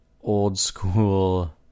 old-school